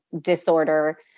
disorder